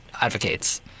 advocates